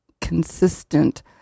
consistent